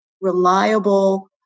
reliable